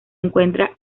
encuentra